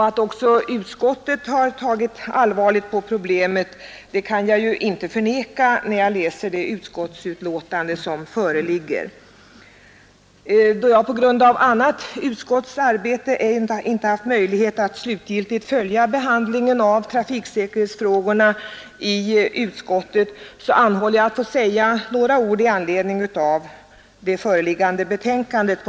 Att utskottet har tagit allvarligt på problemet kan jag inte förneka, när jag läser det betänkande som Då jag på grund av annat utskottsarbete inte haft möjlighet att slutgiltigt följa behandlingen av trafiksäkerhetsfrågorna i utskottet ber jag att på några konkreta punkter få säga några ord i anledning av det föreliggande betänkandet.